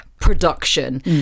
production